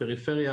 פריפריה,